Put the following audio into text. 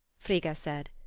frigga said.